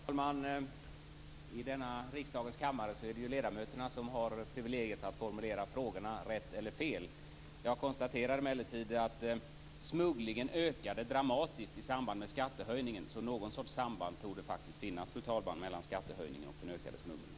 Fru talman! I denna riksdagens kammare är det ledamöterna som har privilegiet att formulera frågorna, rätt eller fel. Jag konstaterar emellertid att smugglingen ökade dramatiskt i samband med skattehöjningen, så någon sorts samband torde faktiskt finnas, fru talman, mellan skattehöjningen och den ökade smugglingen.